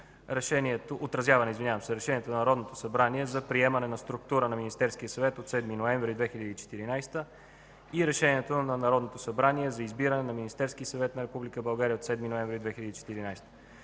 отразяване Решението на Народното събрание за приемане на структура на Министерския съвет от 7 ноември 2014 г. и Решението на Народното събрание за избиране на Министерски съвет на Република България от 7 ноември 2014